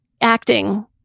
acting